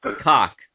Cock